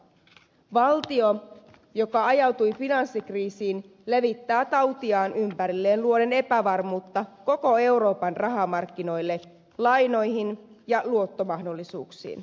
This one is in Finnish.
valtio joka ajautui finanssikriisiin levittää tautiaan ympärilleen luoden epävarmuutta koko euroopan rahamarkkinoille lainoihin ja luottomahdollisuuksiin